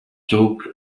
took